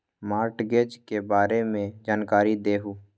Mortgage के बारे में जानकारी देहु?